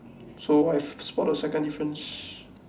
so I have spotted the second difference